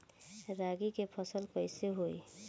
रागी के फसल कईसे होई?